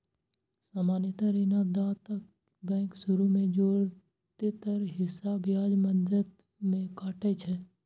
सामान्यतः ऋणदाता बैंक शुरू मे जादेतर हिस्सा ब्याज मद मे काटै छै